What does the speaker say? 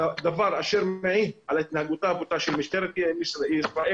דבר שמעיד על התנהגותה הבוטה של משטרת ישראל